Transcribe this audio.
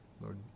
Lord